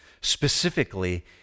Specifically